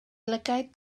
lygaid